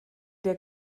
der